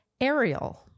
Ariel